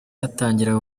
hatangira